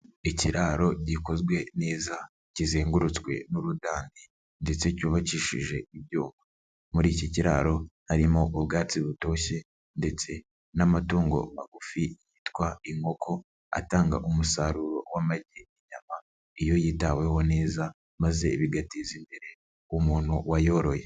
Ikiraro gikozwe neza kizengurutswe n'urudani ndetse cyubakishije ibyuma. Muri iki kiraro harimo ubwatsi butoshye ndetse n'amatungo magufi yitwa inkoko atanga umusaruro w'amagi, inyama iyo yitaweho neza maze bigateza imbere umuntu wayoroye.